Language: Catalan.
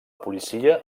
policia